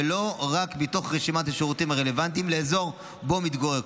ולא רק מתוך רשימת השירותים הרלוונטיים לאזור שבו הוא מתגורר,